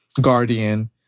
guardian